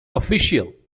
official